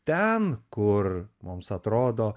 ten kur mums atrodo